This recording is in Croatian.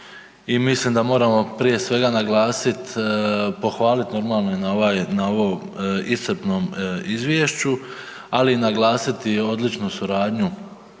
mislim da moramo prije svega naglasiti, pohvaliti normalno i na ovom iscrpnom izvješću, ali naglasiti i odličnu suradnju